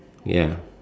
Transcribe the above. ya